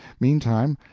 meantime,